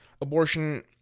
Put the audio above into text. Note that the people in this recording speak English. Abortion